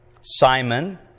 Simon